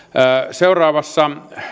seuraavassa